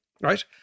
right